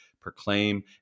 proclaim